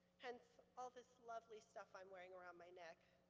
hence all this lovely stuff i'm wearing around my neck.